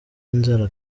inzara